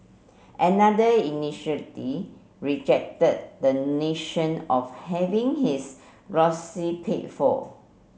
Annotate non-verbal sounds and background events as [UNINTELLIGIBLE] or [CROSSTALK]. another initially rejected the nation of having his [UNINTELLIGIBLE] paid for